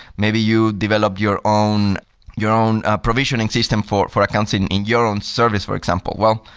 maybe you'll develop your own your own provisioning system for for accounts in in your own services, for example. well,